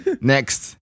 Next